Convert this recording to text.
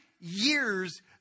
years